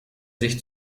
sich